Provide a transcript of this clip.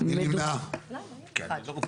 אחד.